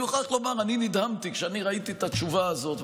אני מוכרח לומר שאני נדהמתי כשראיתי את התשובה הזאת,